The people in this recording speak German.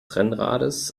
rennrades